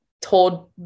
told